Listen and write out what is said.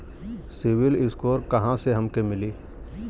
CIBIL score कहाँसे हमके मिली?